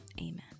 amen